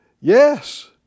Yes